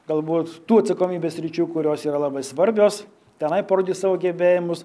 galbūt tų atsakomybės sričių kurios yra labai svarbios tenai parodys savo gebėjimus